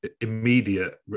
immediate